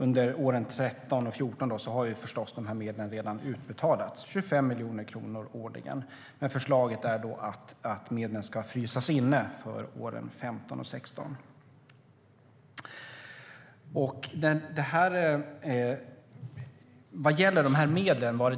Under åren 2013 och 2014 har medlen förstås redan utbetalats, 25 miljoner kronor årligen, men förslaget är att de ska frysas inne för åren 2015 och 2016.